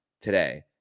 today